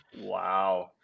Wow